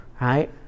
Right